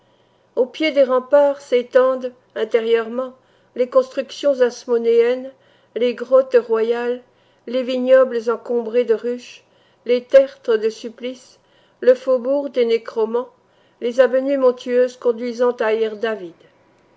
au pied des remparts s'étendent intérieurement les constructions asmonéennes les grottes royales les vignobles encombrés de ruches les tertres de supplice le faubourg des nécromans les avenues montueuses conduisant à ir david